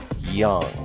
young